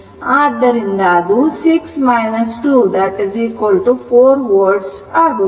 ಆದ್ದರಿಂದ ಅದು 6 2 4 volt ಆಗುತ್ತದೆ